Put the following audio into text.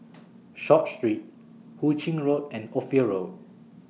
Short Street Hu Ching Road and Ophir Road